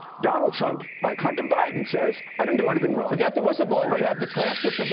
donald trump, like hunter biden says, i didn't do anything wrong. forget the whistleblower. we have the transcript